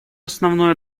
основное